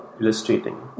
illustrating